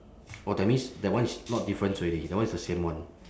orh that means that one is not difference already that one is the same one